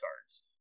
cards